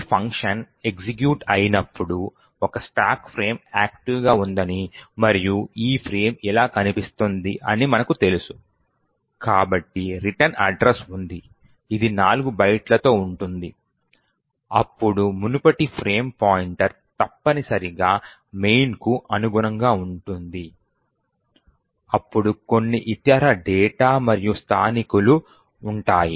ఈ function execute అయినప్పుడు ఒక స్టాక్ ఫ్రేమ్ యాక్టివ్ గా ఉందని మరియు ఈ ఫ్రేమ్ ఇలా కనిపిస్తుంది అని మనకు తెలుసు కాబట్టి రిటర్న్ అడ్రస్ ఉంది ఇది 4 బైట్లతో ఉంటుంది అప్పుడు మునుపటి ఫ్రేమ్ పాయింటర్ తప్పనిసరిగా మెయిన్కు అనుగుణంగా ఉంటుంది అప్పుడు కొన్ని ఇతర డేటా మరియు స్థానికులు ఉంటాయి